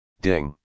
Ding